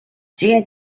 jean